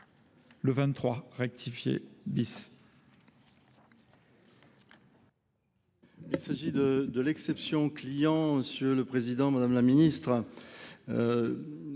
Le 23, rectifié. Bisse.